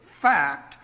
fact